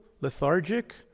lethargic